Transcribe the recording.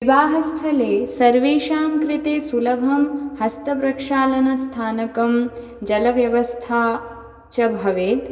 विवाहस्थले सर्वेषां कृते सुलभं हस्तप्रक्षालनस्थानकं जलव्यवस्था च भवेत्